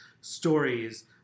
stories